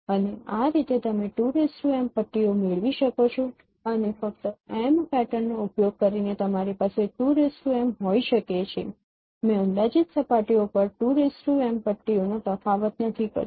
અને આ રીતે તમે 2m પટ્ટીઓ મેળવી શકો છો અને ફક્ત m પેટર્નનો ઉપયોગ કરીને તમારી પાસે 2m હોઈ શકે છે મેં અંદાજિત સપાટીઓ પર 2m પટ્ટીઓ નો તફાવત નથી કર્યો